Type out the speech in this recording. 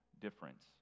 difference